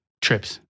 trips